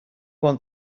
want